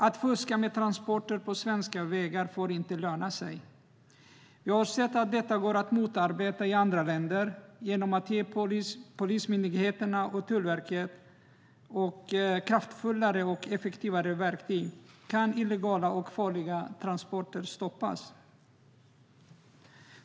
Att fuska med transporter på svenska vägar får inte löna sig. Vi har sett i andra länder att det går att motarbeta. Genom att polismyndigheten och Tullverket får kraftfullare och effektivare verktyg kan illegala och farliga transporter stoppas.